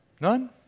None